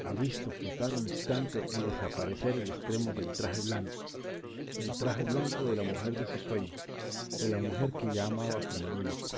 había visto flotar un instante y desaparecer el extremo del traje blanco del traje blanco de la mujer de sus sueños de la mujer que ya amaba como un loco